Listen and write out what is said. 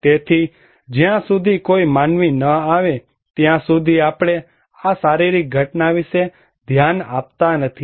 તેથી જ્યાં સુધી કોઈ માનવી ન આવે ત્યાં સુધી આપણે આ શારીરિક ઘટના વિશે ધ્યાન આપતા નથી